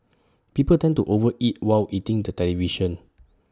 people tend to over eat while eating the television